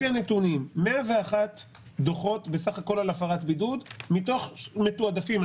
לפי הנתונים 101 דוחות בסך הכול על הפרת בידוד מתוך מתועדפים.